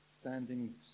standing